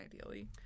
ideally